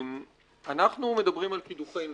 אנחנו מדברים על קידוחי נפט.